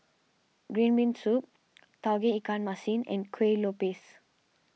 Green Bean Soup Tauge Ikan Masin and Kuih Lopes